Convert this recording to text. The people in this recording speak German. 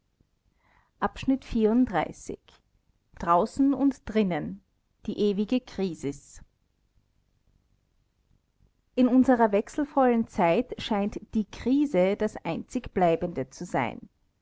draußen und drinnen die ewige krisis in unserer wechselvollen zeit scheint die krise das einzig bleibende zu sein